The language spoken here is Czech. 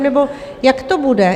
Nebo jak to bude?